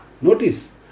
Notice